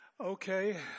Okay